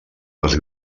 les